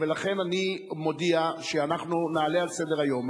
ולכן אני מודיע שאנחנו נעלה על סדר-היום.